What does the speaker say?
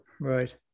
Right